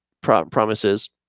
promises